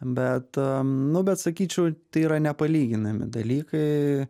bet nu bet sakyčiau tai yra nepalyginami dalykai